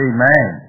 Amen